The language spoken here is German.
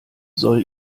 soll